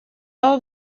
all